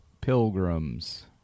pilgrims